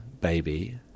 baby